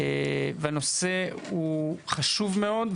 והנושא הוא חשוב מאוד,